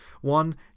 One